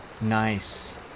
Nice